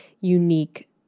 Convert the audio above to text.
unique